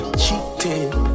cheating